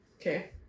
Okay